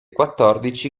quattordici